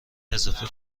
اضافه